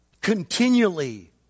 continually